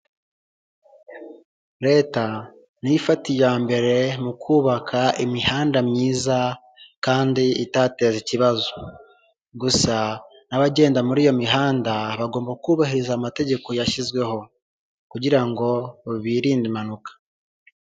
Leta niyo ifata iya mbere mu kubaka imihanda myiza kandi itateza ikibazo, gusa n'abagenda muri iyo mihanda bagomba kubahiriza amategeko yashyizweho, kugira ngo birinde impanuka.